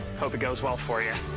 hope it goes well for you.